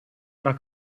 era